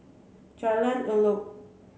Jalan Elok